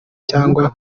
cyangwa